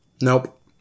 Nope